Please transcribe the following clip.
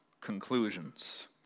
conclusions